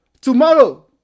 Tomorrow